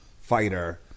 fighter